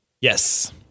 Yes